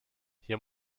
hier